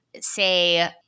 say